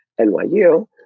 nyu